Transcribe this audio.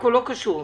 עכו לא קשור עכשיו.